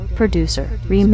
producer